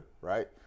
Right